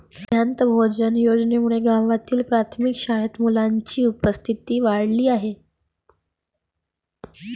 माध्यान्ह भोजन योजनेमुळे गावातील प्राथमिक शाळेत मुलांची उपस्थिती वाढली आहे